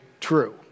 true